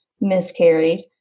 miscarried